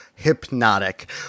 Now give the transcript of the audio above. hypnotic